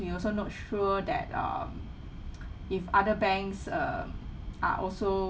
we also not sure that um if other banks err are also